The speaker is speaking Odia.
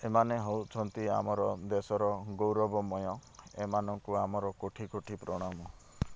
ଏମାନେ ହଉଛନ୍ତି ଆମର ଦେଶର ଗୌରବମୟ ଏମାନଙ୍କୁ ଆମର କୋଟି କୋଟି ପ୍ରଣାମ